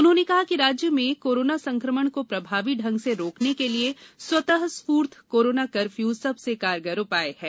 उन्होंने कहा कि राज्य में कोरोना संक्रमण को प्रभावी ढंग से रोकने के लिए स्वतः स्फूर्त कोरोना कर्फ्यू सबसे कारगर उपाय है